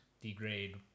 degrade